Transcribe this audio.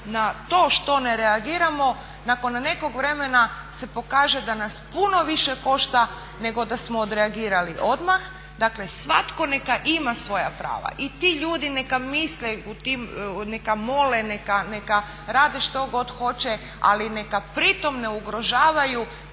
na to što ne reagiramo nakon nekog vremena se pokaže da nas puno više košta nego da smo odreagirali odmah. Dakle svatko neka ima svoja prava. I ti ljudi neka misle u tim, neka mole, neka rade što god hoće ali neka pri tome ne ugrožavaju